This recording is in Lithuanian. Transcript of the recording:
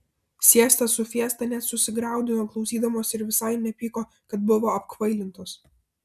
siesta su fiesta net susigraudino klausydamos ir visai nepyko kad buvo apkvailintos